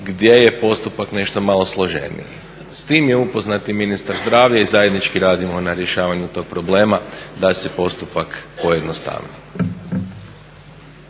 gdje je postupak nešto malo složeniji. S tim je upoznat i ministar zdravlja i zajednički radimo na rješavanju tog problema, da se postupak pojednostavi.